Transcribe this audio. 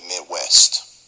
Midwest